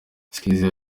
skizzy